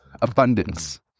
abundance